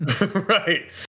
Right